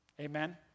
Amen